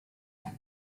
dalej